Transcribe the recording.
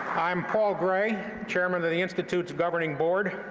i'm paul gray, chairman of the institute's governing board,